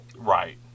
Right